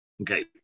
Okay